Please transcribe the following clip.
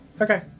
Okay